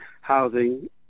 housing